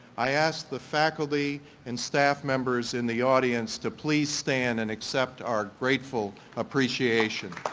i ask the faculty and staff members in the audience to please stand and accept our grateful appreciation.